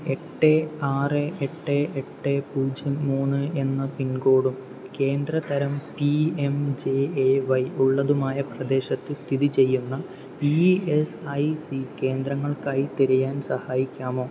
എട്ട് ആറ് എട്ട് എട്ട് പൂജ്യം മൂന്ന് എന്ന പിൻകോഡും കേന്ദ്രതരം P M J A Y ഉള്ളതുമായ പ്രദേശത്ത് സ്ഥിതി ചെയ്യുന്ന ഇ എസ് ഐ സി കേന്ദ്രങ്ങൾക്കായി തിരയാൻ സഹായിക്കാമോ